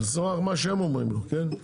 על סמך מה שהם אומרים לו, כן?